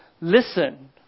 Listen